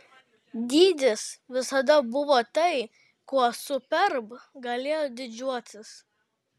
dydis visada buvo tai kuo superb galėjo didžiuotis